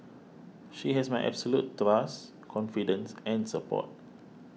she has my absolute trust confidence and support